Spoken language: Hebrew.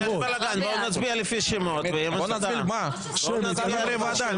בואו נצביע לפי שמות, ואז זה יהיה מסודר.